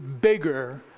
bigger